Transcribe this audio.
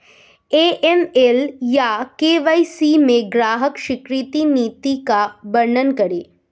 AML या KYC में ग्राहक स्वीकृति नीति का वर्णन करें?